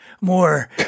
more